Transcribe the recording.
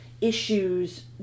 issues